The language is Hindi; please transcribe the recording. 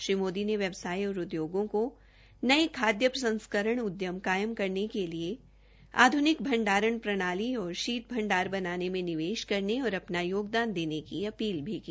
श्री मोदी ने व्यवसाय और उद्ययोगों को नये खाद्य प्रसंस्करण उद्यम कायम करने के लिए आध्रनिक भंडारण प्रणाली शीत भंडार बनाने में निवेश करने और अपना योगदान देने की अपील भी की